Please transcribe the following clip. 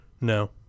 No